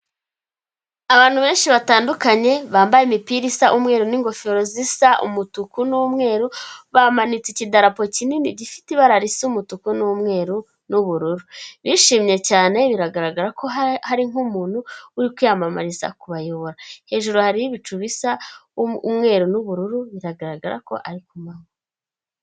Abantu benshi batandukanye bambaye imipira isa umweru n'ingofero zisa umutuku n'umweru bamanitse ikidarapo kinini gifite ibara risa umutuku n'umweru n'ubururu, bishimye cyane biragaragara ko hari nk'umuntu uri kwiyamamariza kubayobora, hejuru hariho ibicu bisa umweru n'ubururu biragaragara ko ari ku manywa.